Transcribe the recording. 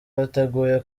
biteguye